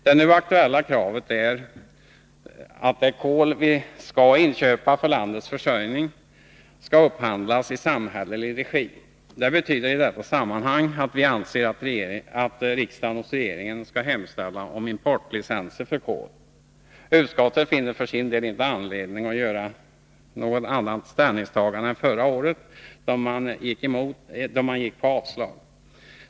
Det nu aktuella kravet är att det kol vi skall inköpa för landets försörjning upphandlas i samhällelig regi. Det betyder i detta sammanhang att vi anser att riksdagen hos regeringen skall hemställa om importlicenser för kol. Utskottet finner för sin del inte anledning att göra något annat ställningstagande än förra året, då man gick på avslag.